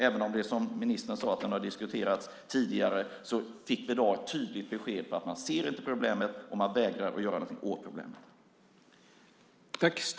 Även om detta, som ministern sade, har diskuterats tidigare fick vi i dag ett tydligt besked om att man inte ser problemet och att man vägrar att göra någonting åt problemet.